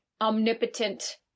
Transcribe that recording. omnipotent